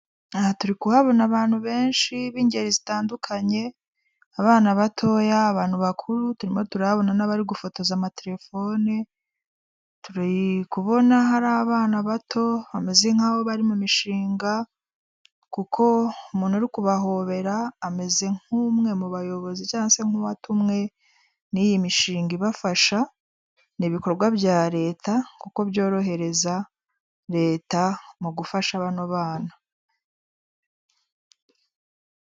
Aha turi kuhabona abantu benshi b'ingeri zitandukanye, abana batoya, abantu bakuru, turimo turahabona n'abari gufotoza amatelefoni, kubona hari abana bato bameze nk'abo bari mu mishinga, kuko umuntu uri kubahobera ameze nk'umwe mu bayobozi cyangwa nk'uwatumwe n'iyi mishinga ibafasha, ni ibikorwa bya leta kuko byorohereza leta mu gufasha bano bana.